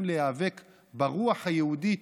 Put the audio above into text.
מנסים להיאבק ברוח היהודית.